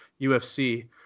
UFC